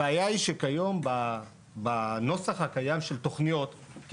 הבעיה היא שכיום בנוסח הקיים של תכניות,